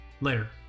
Later